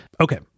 Okay